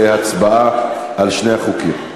להצבעה על שני החוקים.